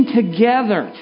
together